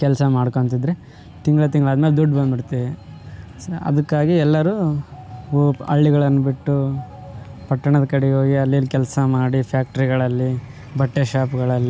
ಕೆಲಸ ಮಾಡ್ಕೊತಿದ್ರೆ ತಿಂಗಳು ತಿಂಗಳು ಆದ್ಮೇಲೆ ದುಡ್ಡು ಬಂದ್ಬಿಡುತ್ತೇ ಸೊ ಅದಕ್ಕಾಗಿ ಎಲ್ಲರೂ ಓ ಹಳ್ಳಿಗಳನ್ನ ಬಿಟ್ಟು ಪಟ್ಟಣದ ಕಡೆ ಹೋಗಿ ಅಲ್ಲಿಲ್ಲಿ ಕೆಲಸ ಮಾಡಿ ಫ್ಯಾಕ್ಟರಿಗಳಲ್ಲಿ ಬಟ್ಟೆ ಶಾಪ್ಗಳಲ್ಲಿ